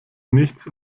nichts